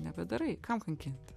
nebedarai kam kankinti